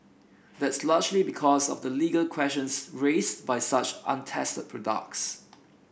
that's largely because of the legal questions raised by such untested products